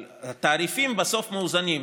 אבל התעריפים בסוף מאוזנים.